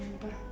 அப்பா:appaa